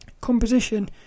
composition